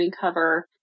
cover